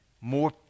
more